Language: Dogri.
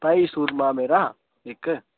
भाई सुरमा मेरा इक